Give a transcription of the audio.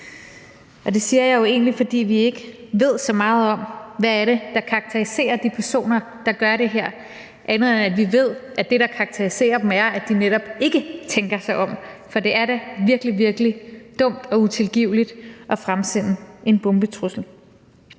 Og det siger jeg jo, fordi vi egentlig ikke ved så meget om, hvad det er, der karakteriserer de personer, der gør det her. Vi ved dog, at det, der karakteriserer dem, er, at de netop ikke tænker sig om. For det er da virkelig, virkelig dumt og utilgiveligt at fremsende en bombetrussel.